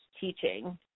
teaching